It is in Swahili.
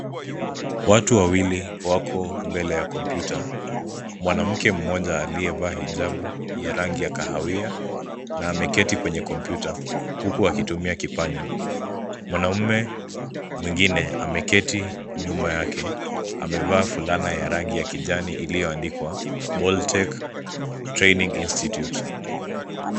Watu wawili wako mbele ya kompyuta. Mwanamke mmoja aliyevaa hijabu ya rangi ya kahawia na ameketi kwenye kompyuta huku akitumia kipanya. Mwanaume mwingine ameketi nyuma yake amevaa fulana ya rangi ya kijani iliyoandikwa Boltech Training Institute .